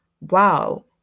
Wow